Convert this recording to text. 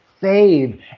save